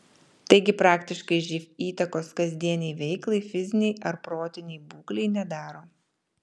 taigi praktiškai živ įtakos kasdienei veiklai fizinei ar protinei būklei nedaro